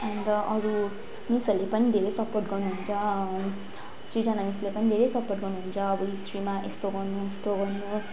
अन्त अरू मिसहरूले पनि धेरै सपोर्ट गर्नुहुन्छ सृजना मिसले पनि धेरै सपोर्ट गर्नुहुन्छ अब हिस्ट्रीमा यस्तो गर्नु उस्तो गर्नु